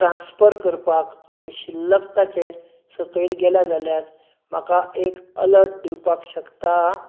transfer करपाक आनी शिल्लक ताचे सकयल गेल्या जाल्यार म्हाका एक अलर्ट दिवपाक शकता